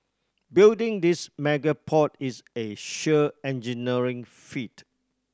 building this mega port is a sheer engineering feat